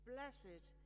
Blessed